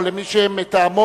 או למי שמטעמו,